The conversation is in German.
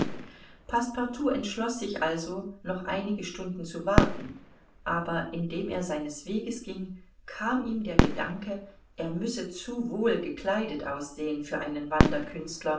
entschloß sich also noch einige stunden zu warten aber indem er seines weges ging kam ihm der gedanke er müsse zu wohl gekleidet aussehen für einen